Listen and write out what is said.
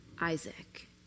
Isaac